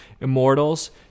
Immortals